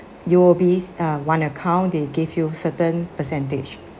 U_O_B's uh one account they gave you certain percentage